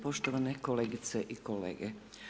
Poštovane kolegice i kolege.